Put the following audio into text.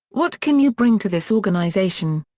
what can you bring to this organization?